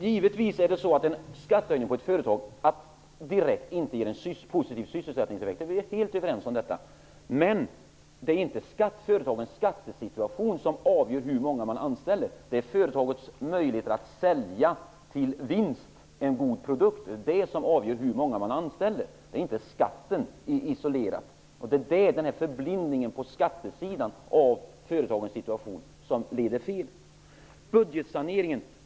Herr talman! Givetvis ger inte en skattehöjning på ett företag en positiv sysselsättningseffekt direkt -- vi är helt överens om det. Men det är inte företagets skattesituation som avgör hur många man anställer -- det är företagets möjligheter att sälja en god produkt med vinst. De avgör hur många man anställer och inte skatten isolerat. Det är den förblindningen på skattesidan som leder fel när man ser på företagens situation.